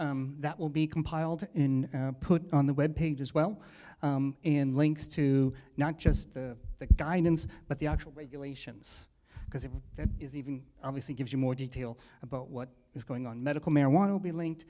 comments that will be compiled and put on the web page as well and links to not just the guidance but the actual regulations because if that is even obviously gives you more detail about what is going on medical marijuana will be linked